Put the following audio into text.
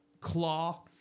claw